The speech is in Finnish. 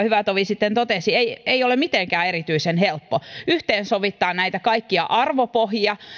hyvä tovi sitten totesi ei ei ole mitenkään erityisen helppo yhteensovittaa näitä kaikkia arvopohjia